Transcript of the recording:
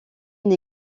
une